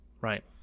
Right